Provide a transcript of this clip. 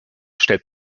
stellt